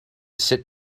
sit